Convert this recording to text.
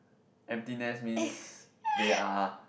empty nest means they are